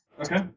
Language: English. Okay